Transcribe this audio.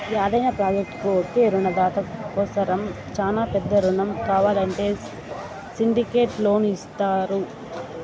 యాదైన ప్రాజెక్టుకు ఒకే రునదాత కోసరం శానా పెద్ద రునం కావాలంటే సిండికేట్ లోను తీస్తారు